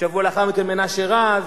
שיבוא לאחר מכן מנשה רז,